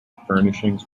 furnishings